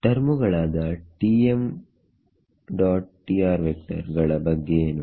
ಟರ್ಮುಗಳಾದಗಳ ಬಗ್ಗೆ ಏನು